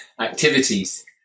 activities